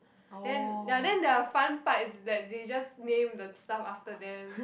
then ya then the fun part is that they just name the stuff after them